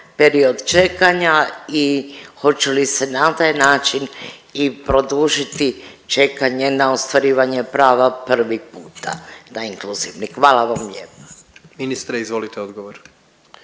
period čekanja i hoće li se na taj način i produžiti čekanje na ostvarivanje prava prvi puta na inkluzivni? Hvala vam lijepa. **Jandroković, Gordan